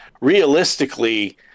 realistically